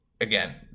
again